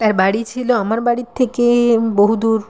তার বাড়ি ছিল আমার বাড়ির থেকে বহু দূর